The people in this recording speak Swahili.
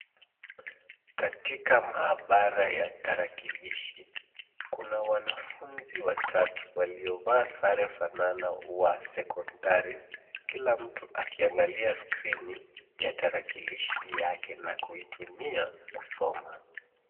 Katika maabara ya tarakilishi, kuna wanafunzi watatu waliovaa sare fanana wa sekondari, kila mtu akiangalia skrini ya tarakilishi yake na kuitumia kusoma.